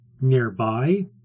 nearby